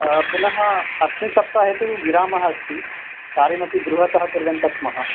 पुनः अस्मिन् सप्ताहे तु विरामः अस्ति कार्यमपि गृहतः कुर्वन्तः स्मः